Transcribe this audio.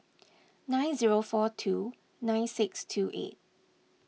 nine zero four two nine six two eight